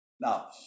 now